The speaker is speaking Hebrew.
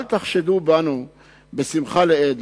אל תחשדו בנו בשמחה לאיד.